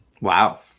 Wow